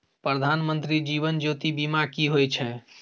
प्रधानमंत्री जीवन ज्योती बीमा की होय छै?